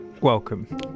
Welcome